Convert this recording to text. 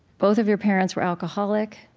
both of your parents were alcoholic.